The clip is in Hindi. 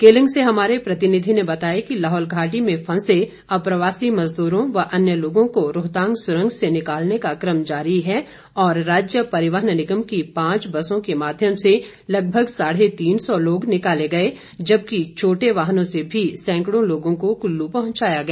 केलंग से हमारे प्रतिनिधि ने बताया कि लाहौल घाटी में फंसे अप्रवासी मजदूरों व अन्य लोगों को रोहतांग सुरंग से निकालने का क्रम जारी और राज्य परिवहन निगम की पांच बसों के माध्यम से लगभग साढे तीन सौ लोग निकाले गए जबकि छोटे वाहनों से भी सैंकड़ों लोगों को कुल्लू पहुंचाया गया